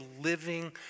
living